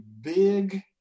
big